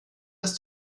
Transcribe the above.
ist